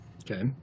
okay